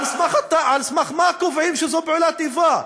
על סמך מה קובעים שזו פעולת איבה?